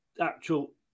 actual